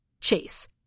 Chase